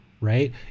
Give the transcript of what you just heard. right